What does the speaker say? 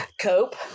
Cope